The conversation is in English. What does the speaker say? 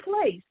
place